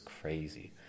crazy